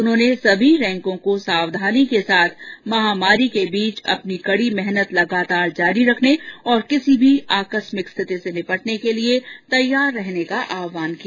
उन्होंने सभी रैंकों को सावधानी के साथ महामारी के बीच अपनी कड़ी मेहनत लगातार जारी रखने और किसी भी आकस्मिक स्थिति से निपटने के लिए तैयार रहने का आह्वान किया